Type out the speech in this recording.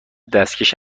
دستکش